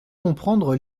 comprendre